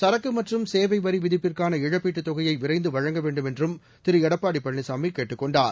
சரக்கு மற்றும் சேவை வரி விதிப்புக்கான இழப்பீட்டுத் தொகையை விரைந்து வழங்க வேண்டுமென்றும் திரு எடப்பாடி பழனிசாமி கேட்டுக் கொண்டார்